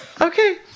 Okay